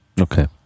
Okay